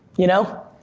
you know?